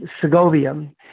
Segovia